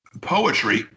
poetry